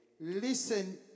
Listen